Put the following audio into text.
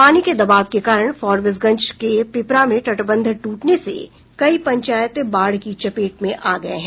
पानी के दबाव के कारण फारबिसगंज के पिपरा में तटबंध टूटने से कई पंचायत बाढ़ की चपेट में आ गये हैं